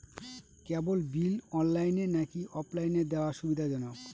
কেবল bill অনলাইনে নাকি অফলাইনে দেওয়া সুবিধাজনক?